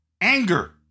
anger